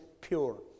pure